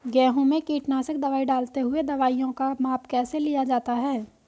गेहूँ में कीटनाशक दवाई डालते हुऐ दवाईयों का माप कैसे लिया जाता है?